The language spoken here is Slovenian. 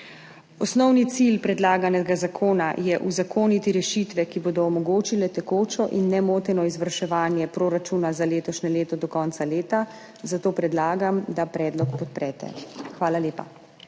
Osnovni cilj predlaganega zakona je uzakoniti rešitve, ki bodo omogočile tekoče in nemoteno izvrševanje proračuna za letošnje leto do konca leta, zato predlagam, da predlog podprete. Hvala lepa.